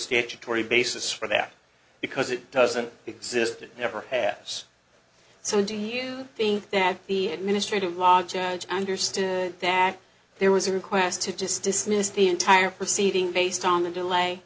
statutory basis for that because it doesn't exist it never has so do you think that the administrative law judge understood that there was a request to just dismiss the entire proceeding based on the delay